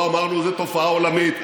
לא אמרנו שזו תופעה עולמית,